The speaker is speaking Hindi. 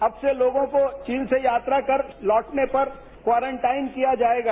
अब से लोगों को चीन से यात्रा कर लौटने पर कॉरनटाइन किया जायेगा